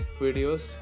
Videos